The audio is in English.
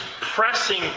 pressing